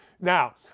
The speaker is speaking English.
Now